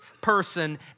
person